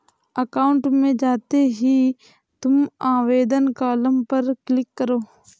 account में जाते ही तुम आवेदन कॉलम पर क्लिक करो